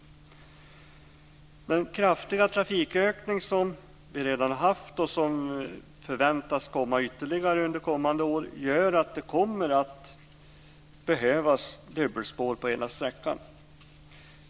Den kraftiga trafikökning som vi redan haft och som förväntas fortsätta under kommande år gör att det kommer att behövas dubbelspår på hela sträckan.